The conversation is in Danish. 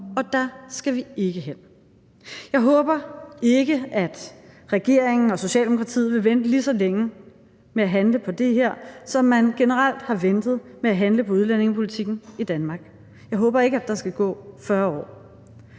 og dér skal vi ikke hen. Jeg håber ikke, at regeringen og Socialdemokratiet vil vente lige så længe med at handle på det her, som man generelt har ventet med at handle på udlændingepolitikken i Danmark. Jeg håber ikke, der skal gå 40 år.